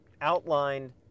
outlined